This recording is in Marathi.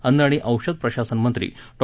अन्न आणि औषध प्रशासन मंत्री डॉ